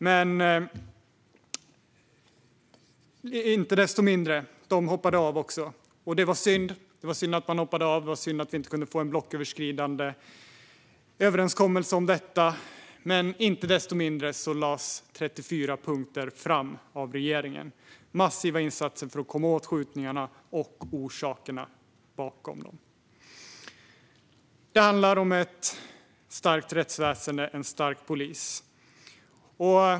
Det var synd att de hoppade av, och det var synd att det inte blev en blocköverskridande överenskommelse. Icke desto mindre lades 34 punkter fram av regeringen. Det var fråga om massiva insatser för att komma åt skjutningarna och orsakerna bakom dem, och de handlade om ett starkt rättsväsen och en stark polis.